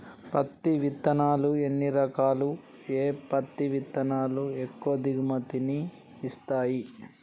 పత్తి విత్తనాలు ఎన్ని రకాలు, ఏ పత్తి విత్తనాలు ఎక్కువ దిగుమతి ని ఇస్తాయి?